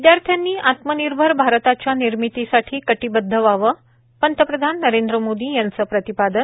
विद्यार्थ्यांनी आत्मनिर्भर भारताच्या निर्मितीसाठी कटिबद्ध व्हावे पंतप्रधान नरेंद्र मोदी यांचं प्रतिपादन